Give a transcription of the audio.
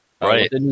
Right